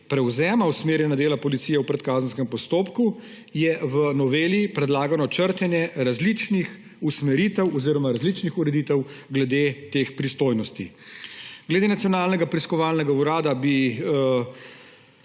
prevzema usmerjanja dela policije v predkazenskem postopku, je v noveli predlagano črtanje različnih usmeritev oziroma različnih ureditev glede teh pristojnosti. Glede Nacionalnega preiskovalnega urada bi